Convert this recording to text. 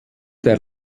der